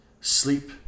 sleep